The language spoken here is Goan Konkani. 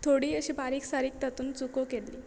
थोडी अशी बारीक सारीक तातून चुको केल्ली